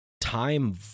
time